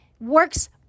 works